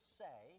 say